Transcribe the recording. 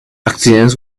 accidents